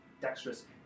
dexterous